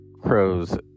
crows